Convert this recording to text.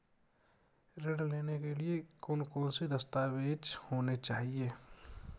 ऋण लेने के लिए कौन कौन से दस्तावेज होने चाहिए?